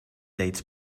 dates